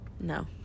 No